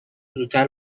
زودتر